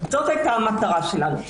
זאת הייתה המטרה שלנו.